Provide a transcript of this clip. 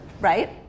right